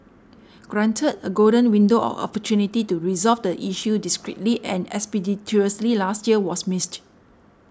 granted a golden window of opportunity to resolve the issue discreetly and expeditiously last year was missed